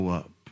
up